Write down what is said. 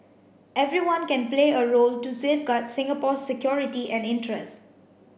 everyone can play a role to safeguard Singapore's security and interest